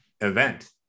event